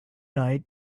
night